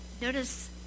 notice